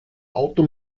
auto